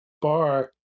bar